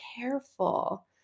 careful